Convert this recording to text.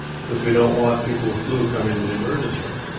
because we don't want people with flu coming to the emergency room.